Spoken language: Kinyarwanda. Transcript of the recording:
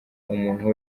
umuntu